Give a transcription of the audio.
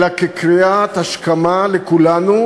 אלא כקריאת השכמה לכולנו,